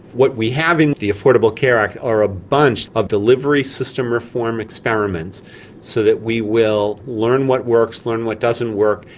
what we have in the affordable care act are a bunch of delivery system reform experiments so that we will learn what works, learn what doesn't work,